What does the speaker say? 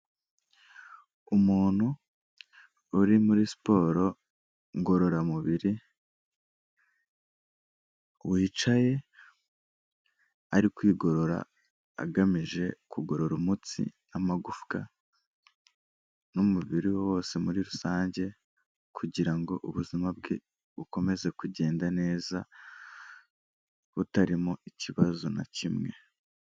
Umuntu uri muri siporo ngororamubiri, wicaye ari kwigorora agamije kugorora umutsi, amagufwa, n'umubiri we wose muri rusange, kugira ngo ubuzima bwe bukomeze kugenda neza butarimo ikibazo na kimwe.